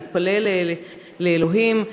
להתפלל לאלוהים?